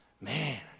Man